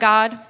God